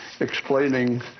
explaining